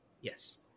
Yes